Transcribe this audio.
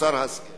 מוסר השכל.